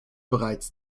bereits